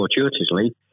fortuitously